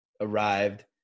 arrived